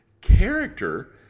character